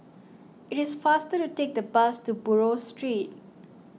it is faster to take the bus to Buroh Street